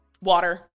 Water